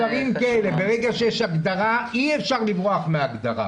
ברגע שיש הגדרה אי אפשר לברוח מההגדרה.